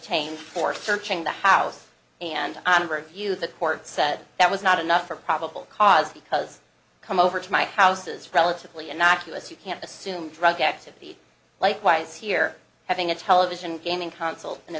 obtained for searching the house and amber view the court said that was not enough for probable cause because come over to my house is relatively innocuous you can't assume drug activity likewise here having a television gaming console in a